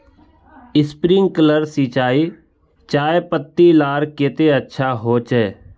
Sprinkler सिंचाई चयपत्ति लार केते अच्छा होचए?